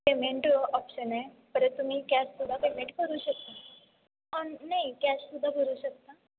payment option आहे परत तुम्ही कॅशसुद्धा पेमेंट करू शकता ऑन नाही कॅशसुद्धा भरू शकता